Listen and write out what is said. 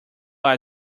are